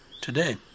today